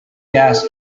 gas